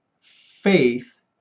faith